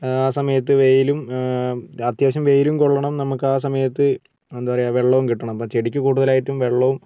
ആ സമയത്ത് വെയിലും അത്യാവശ്യം വെയിലും കൊള്ളണം നമുക്ക് ആ സമയത്ത് എന്താ പറയാ വെള്ളവും കിട്ടണം അപ്പോൾ ചെടിക്ക് കൂടുതലായിട്ട് വെള്ളവും